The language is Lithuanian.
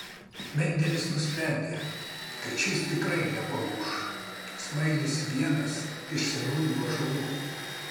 mendelis nusprendė kad šis tikrai nepalūš smailis vienas iš senųjų ąžuolų